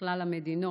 מכלל המדינות.